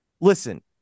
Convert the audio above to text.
listen